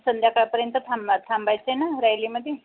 संध्याकाळपर्यंत थांबा थांबायचं आहे ना रॅलीमध्ये